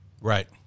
Right